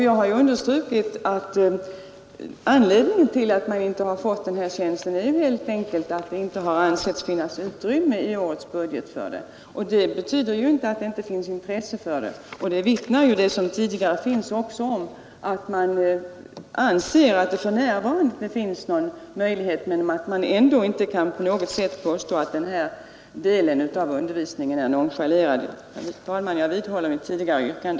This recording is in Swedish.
Jag har understrukit att anledningen till att denna tjänst inte tillstyrks helt enkelt är att det inte har ansetts finnas utrymme i årets budget för den, Det betyder inte att det inte finns intresse för den. Vad som tidigare förevarit vittnar om att man anser att det för närvarande inte finns någon möjlighet att inrätta tjänsten. Men man kan ändå inte på något sätt påstå att denna del av undervisningen är nonchalerad. Herr talman! Jag vidhåller mitt tidigare yrkande.